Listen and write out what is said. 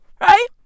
right